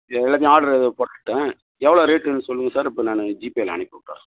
இது எல்லாமே ஆர்டரு இது போட்டுவிட்டேன் எவ்வளோ ரேட்டுன்னு சொல்லுங்கள் சார் இப்போ நான் ஜிபேயில் அனுப்பி விட்டுறேன்